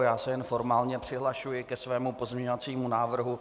Já se jen formálně přihlašuji ke svému pozměňovacímu návrhu 2150.